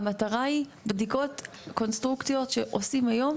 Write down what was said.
המטרה היא בדיקות קונסטרוקציות שעושים היום,